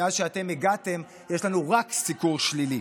מאז שאתם הגעתם יש לנו רק סיקור שלילי.